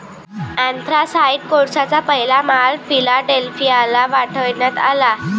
anthracite कोळशाचा पहिला माल फिलाडेल्फियाला पाठविण्यात आला